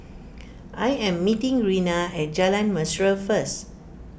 I am meeting Rena at Jalan Mesra first